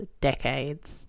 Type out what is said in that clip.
decades